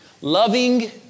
loving